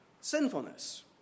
sinfulness